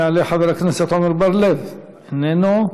יעלה חבר הכנסת עמר בר-לב, איננו,